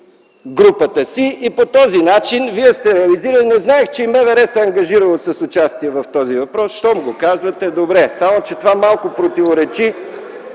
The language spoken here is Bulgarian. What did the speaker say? групата си. По този начин вие сте го реализирали. Не знаех, че МВР се е ангажирало с участие по този въпрос. Щом го казвате – добре. (Оживление.) Само че това малко противоречи